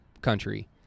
country